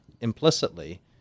implicitly